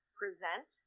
present